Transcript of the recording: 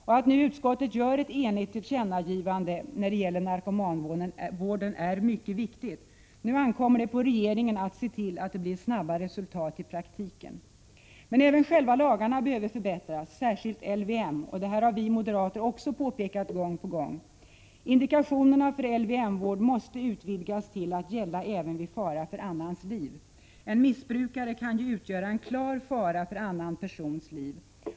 Att ett enigt utskott nu gör ett tillkännagivande när det gäller narkomanvården är mycket viktigt. Nu ankommer det alltså på regeringen att se till att det i praktiken snabbt åstadkommes resultat. Men även själva lagarna behöver förbättras, särskilt LVM. Detta har vi 143 moderater också påpekat gång på gång. Indikationerna beträffande LYM vård måste utvidgas till att gälla även vid fara för annans liv. En missbrukare kan utgöra en klar fara för en annan persons liv.